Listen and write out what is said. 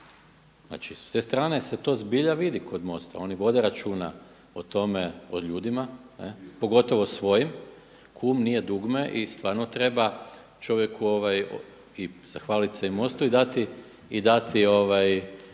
Znači, s te strane se to zbilja vidi kod MOST-a. Oni vode računa o tome, o ljudima, pogotovo svojim, kum nije dugme i stvarno treba čovjeku i zahvaliti se MOST-u i dati